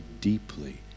deeply